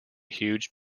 huge